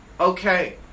okay